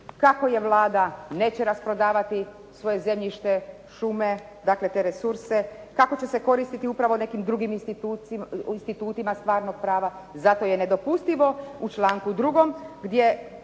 kako je Vlada neće rasprodavati svoje zemljište, šume, dakle te resurse, kako će se koristiti upravo nekim drugim institutima stvarnog prava. Zato je nedopustivo u članku 2. gdje